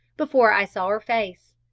before i saw her face.